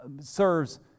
serves